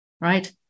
right